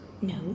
No